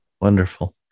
Wonderful